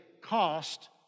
cost